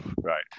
right